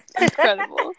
incredible